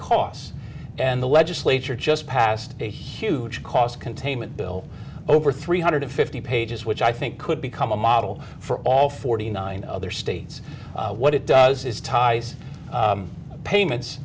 cost and the legislature just passed a huge cost containment bill over three hundred fifty pages which i think could become a model for all forty nine other states what it does is ties payments